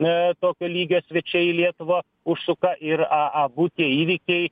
na tokio lygio svečiai į lietuvą užsuka ir a abu tie įvykiai